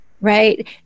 right